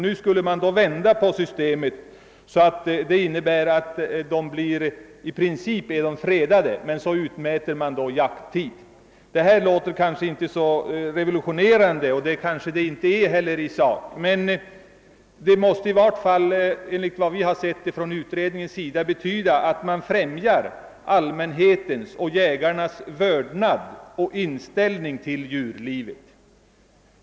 Nu skall man vända på systemet så att alla däggdjur och fåglar i princip är fredade, och i stället utmäter man jakttid. Detta låter kanske inte så revolutionerande — och är det kanske inte heller i sak — men utredningen anser att man därmed främjar allmänhetens och jägarnas vördnad för djurlivet.